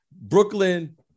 Brooklyn